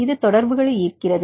இது தொடர்புகளை ஈர்க்கிறது